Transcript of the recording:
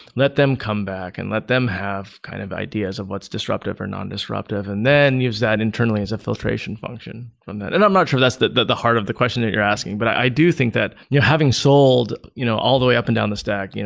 let them come back and let them have kind of ideas of what's disruptive or non-disruptive, and then use that internally as a filtration function from that. and i'm not sure that's the the heart of the question that you're asking, but i do think that having sold you know all the way up and down the stack,